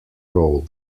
role